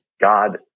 God